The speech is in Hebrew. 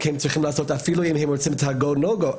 הם צריכים לעשות אפילו אם הם רוצים את ה-go no go,